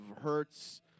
hurts